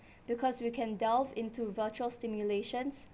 because we can delve into virtual stimulations